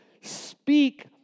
speak